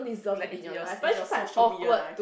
like it's your it's your social media life